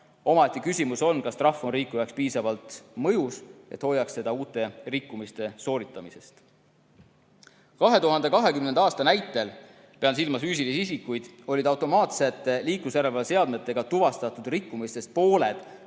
Omaette küsimus on, kas trahv on rikkuja jaoks piisavalt mõjus, et hoiaks teda uute rikkumiste eest. 2020. aasta näitel, pean silmas füüsilisi isikuid, olid automaatsete liiklusjärelevalveseadmetega tuvastatud rikkumistest pooled